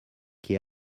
quai